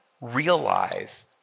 realize